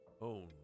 own